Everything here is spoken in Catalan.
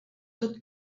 tot